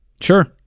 Sure